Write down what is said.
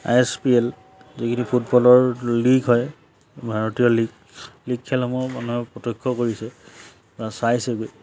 আই S P L যিখিনি ফুটবলৰ league হয় ভাৰতীয় লীগ লীগ মানুহে প্ৰত্যক্ষ কৰিছে বা চাইছে